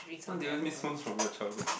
what do you miss most from your childhood